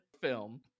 film